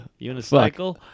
unicycle